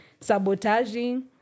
sabotaging